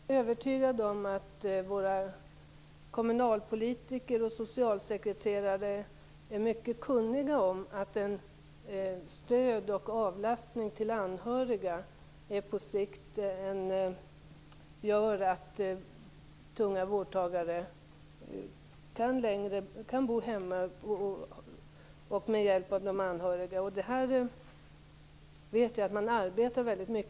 Fru talman! Jag är övertygad om att våra kommunalpolitiker och socialsekreterare är mycket kunniga om att stöd och avlastning till anhöriga på sikt medför att tunga vårdtagare med hjälp av de anhöriga kan bo kvar hemma. Jag vet att man arbetar mycket med detta.